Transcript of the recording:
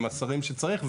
עם השרים שצריך,